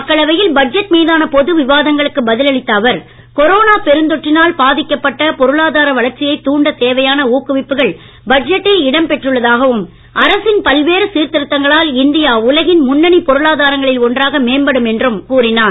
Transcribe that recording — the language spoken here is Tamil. மக்களவையில் பட்ஜெட் மீதான பொது விவாதங்களுக்கு பதில் அளித்த அவர் கொரோனா பெருந் தொற்றினால் பாதிக்கப்பட்ட பொருளாதார வளர்ச்சியைத் தூண்டத் தேவையான ஊக்குவிப்புகள் பட்ஜெட்டில் இடம் பெற்றுள்ளதாகவும் அரசின் பல்வேறு சீர்திருத்தங்களால் இந்தியா உலகின் முன்னணி பொருளாதாரங்களில் ஒன்றாக மேம்படும் என்றும் கூறினார்